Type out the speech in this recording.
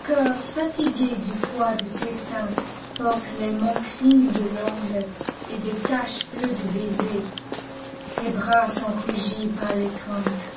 corps fatigué du poids de tes seins porte les marques fines de l'ongle et les taches bleues du baiser tes bras sont rougis par l'étreinte